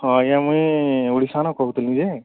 ହଁ ଆଜ୍ଞା ମୁଇଁ ଓଡ଼ିଶା ନୁ କହୁଥିଲି ଯେ